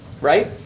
right